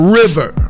river